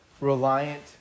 reliant